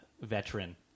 veteran